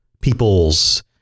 people's